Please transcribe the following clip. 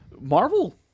Marvel